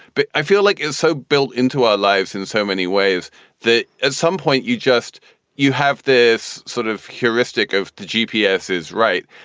but i feel like it's so built into our lives in so many ways that at some point you just you have this sort of heuristic of the g. p. s is right.